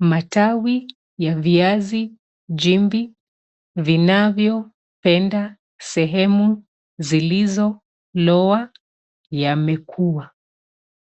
matawi ya viazi jimbi vinavyopenda sehemu zilizoloa yamekua.